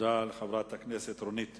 תודה לחברת הכנסת רונית תירוש.